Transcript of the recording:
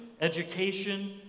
education